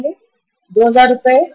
अब बैंक ने 2000 रु कम कर दिया है